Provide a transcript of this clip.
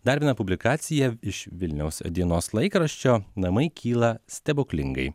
dar viena publikacija iš vilniaus dienos laikraščio namai kyla stebuklingai